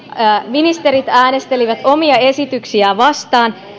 ministerit äänestelivät omia esityksiään vastaan